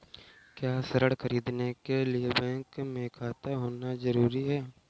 क्या ऋण ख़रीदने के लिए बैंक में खाता होना जरूरी है?